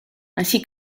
ainsi